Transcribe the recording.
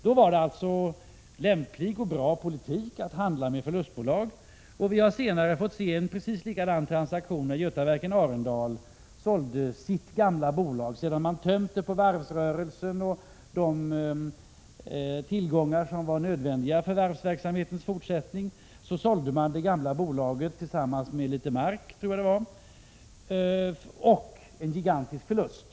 Då var det lämplig och bra politik att handla med förlustbolag. Senare har vi fått se hur en precis likadan transaktion genomfördes, nämligen när Götaverken Arendal sålde sitt gamla bolag. Sedan detta tömts på varvsrörelsen och de tillgångar som var nödvändiga för varvsverksamhetens fortsättning såldes det tillsammans med, om jag minns rätt, litet mark, och köparen fick också överta en gigantisk förlust.